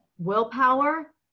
willpower